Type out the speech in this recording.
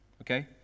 Okay